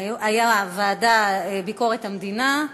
היו הוועדה לביקורת המדינה,